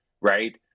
right